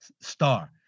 star